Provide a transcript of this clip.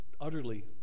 utterly